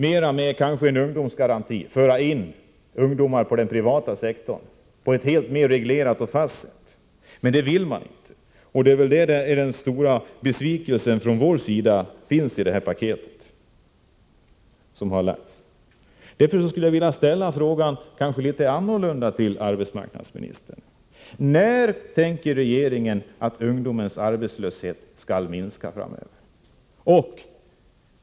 Vill man med en ungdomsgaranti föra in ungdomar på den privata sektorn under mera reglerade och fasta förhållanden? Det vill man inte, och det är på den punkten vi är mycket besvikna över det här paketet. Jag skulle därför vilja ställa frågorna litet annorlunda till arbetsmarknadsministern: När har regeringen tänkt att ungdomsarbetslösheten skall minska framöver?